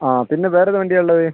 ആ പിന്നെ വേറെയേത് വണ്ടിയാണ് ഉള്ളത്